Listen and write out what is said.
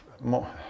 more